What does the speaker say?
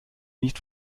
nicht